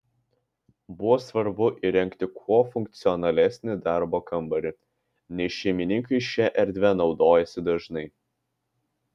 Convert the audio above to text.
buvo svarbu įrengti kuo funkcionalesnį darbo kambarį nes šeimininkai šia erdve naudojasi dažnai